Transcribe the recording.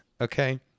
okay